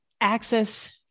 access